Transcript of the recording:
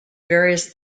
various